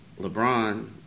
LeBron